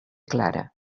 clara